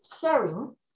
sharing